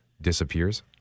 disappears